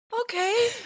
Okay